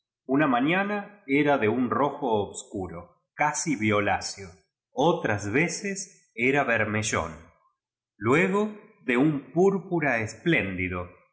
una mañana era de un rojo obscuro casi violáceo otras veces era bermellón luego de un púrpura